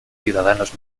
ciudadanos